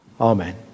Amen